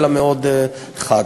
אלא מאוד חד.